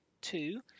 two